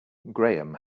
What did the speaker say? graham